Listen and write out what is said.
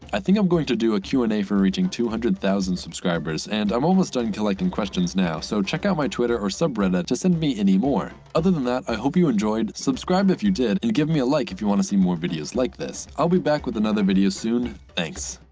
i think i'm going to do a q and a for reaching two hundred thousand subscribers and i'm almost starting collecting questions now, so check out my twitter or subreddit just send me any more. other than that i hope you enjoyed subscribe if you did and give me a like if you want to see more videos like this i'll be back with another video soon. thanks